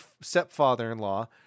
stepfather-in-law